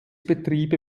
betriebe